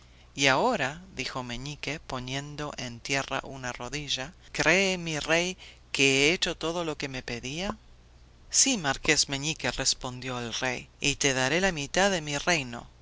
sobrante y ahora dijo meñique poniendo en tierra una rodilla cree mi rey que he hecho todo lo que me pedía sí marqués meñique respondió el rey y te daré la mitad de mi reino